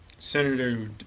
Senator